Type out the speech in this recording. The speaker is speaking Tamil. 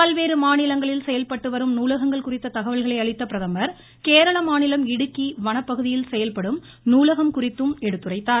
பல்வேறு மாநிலங்களில் செயல்படும் நூலகங்கள் குறித்த தகவல்களை அளித்த பிரதமர் கேரள மாநிலம் இடுக்கி வனப்பகுதியில் செயல்படும் நூலகம் குறித்தும் எடுத்துரைத்தார்